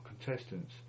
contestants